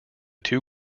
two